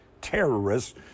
terrorists